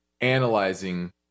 analyzing